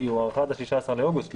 היא הוארכה עד ה-16 באוגוסט.